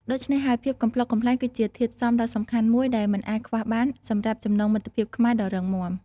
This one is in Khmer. ដូច្នេះហើយ ភាពកំប្លុកកំប្លែងគឺជាធាតុផ្សំដ៏សំខាន់មួយដែលមិនអាចខ្វះបានសម្រាប់ចំណងមិត្តភាពខ្មែរដ៏រឹងមាំ។